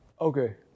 Okay